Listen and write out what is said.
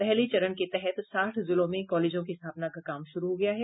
पहले चरण के तहत साठ जिलों में कॉलेजों की स्थापना का काम शुरू हो गया है